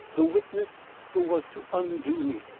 the witness who was to undo me.